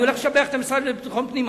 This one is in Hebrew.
אני הולך לשבח את המשרד לביטחון פנים,